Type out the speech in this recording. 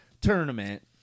tournament